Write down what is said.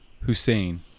Hussein